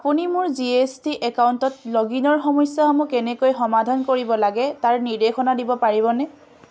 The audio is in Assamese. আপুনি মোৰ জি এছ টি একাউণ্টত লগ ইনৰ সমস্যাসমূহ কেনেকৈ সমাধান কৰিব লাগে তাৰ নিৰ্দেশনা দিব পাৰিবনে